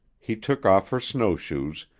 he took off her snowshoes,